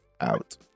out